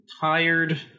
tired